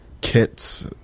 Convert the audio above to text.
Kits